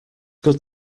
good